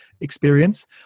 experience